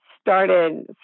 started